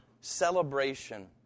celebration